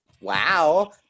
Wow